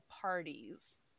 parties